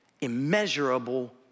immeasurable